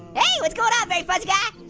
hey what's going on veryfuzzyguy?